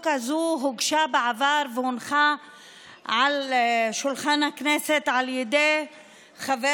הזאת הוגשה בעבר והונחה על שולחן הכנסת על ידי חבר